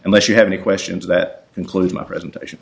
unless you have any questions that includes my presentation